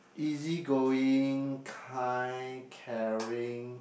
easy going kind caring